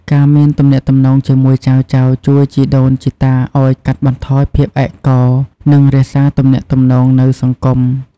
ការមានទំនាក់ទំនងជាមួយចៅៗជួយជីដូនជីតាឲ្យកាត់បន្ថយភាពឯកោ និងរក្សាទំនាក់ទំនងនៅសង្គម។